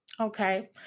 Okay